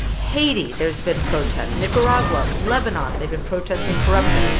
haiti there's been protests. nicaragua, lebanon they've been protesting corruption.